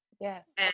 yes